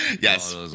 Yes